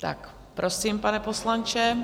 Tak prosím, pane poslanče.